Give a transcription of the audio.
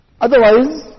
Otherwise